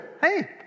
Hey